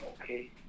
okay